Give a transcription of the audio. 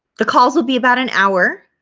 the calls will be about an hour